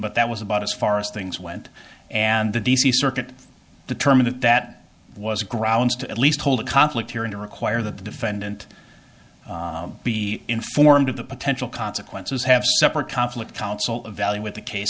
but that was about as far as things went and the d c circuit determined that that was grounds to at least hold a conflict here and require that the defendant be informed of the potential consequences have separate conflict counsel evaluate the case